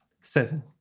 Seven